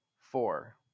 four